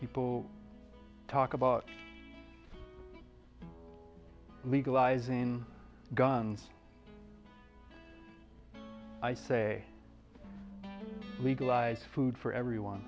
people talk about legalizing guns i say legalize food for everyone